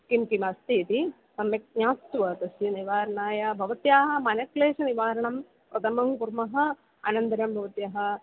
किं किमस्ति इति सम्यक् ज्ञात्वा तस्य निवारणाय भवत्याः मनक्लेशनिवारणं प्रथमं कुर्मः अनन्तरं भवत्याः